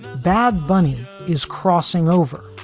bad bunny is crossing over.